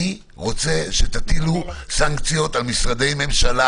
אני רוצה שתטילו סנקציות על משרדי ממשלה